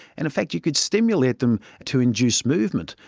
and in fact you could stimulate them to induce movement,